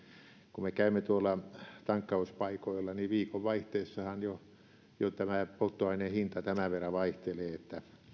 kun me käymme tuolla tankkauspaikoilla niin viikonvaihteessahan jo polttoaineen hinta tämän verran vaihtelee